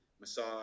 massage